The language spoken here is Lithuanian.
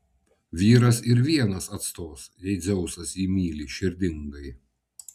vyras ir vienas atstos jei dzeusas jį myli širdingai